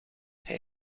hij